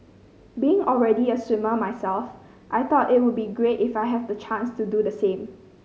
being already a swimmer myself I thought it would be great if I have the chance to do the same